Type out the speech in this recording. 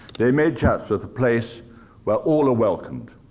they made chatsworth place where all are welcomed.